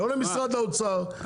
לא למשרד האוצר.